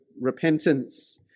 repentance